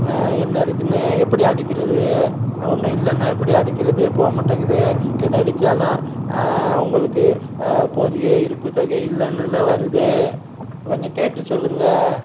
என்ன இருக்குதுன்னு எப்படி அடிக்கிறது ஒன்றும் இல்லைன்னா எப்படி அடிக்கிறது போக மாட்டேங்குது எதை அடித்தாலும் உங்களுக்கு போதிய இருப்புத் தொகை இல்லேன்னுல்ல வருது கொஞ்சம் கேட்டு சொல்லுங்கள்